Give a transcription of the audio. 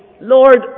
Lord